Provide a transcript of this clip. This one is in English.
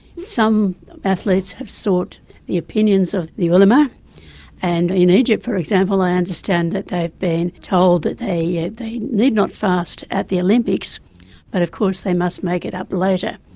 some athletes have sought the opinions of the ulama and in egypt for example, i understand that they've been told that they yeah they need not fast at the olympics but of course they must make it up later.